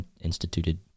instituted